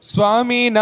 Swami